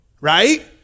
Right